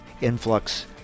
influx